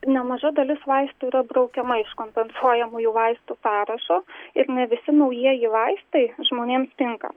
nemaža dalis vaistų yra braukiama iš kompensuojamųjų vaistų sąrašo ir ne visi naujieji vaistai žmonėms tinka